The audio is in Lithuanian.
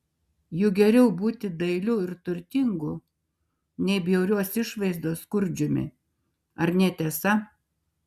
juk geriau būti dailiu ir turtingu nei bjaurios išvaizdos skurdžiumi ar ne tiesa